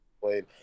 played